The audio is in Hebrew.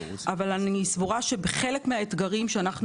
אבל אני סבורה שחלק מהאתגרים שאנחנו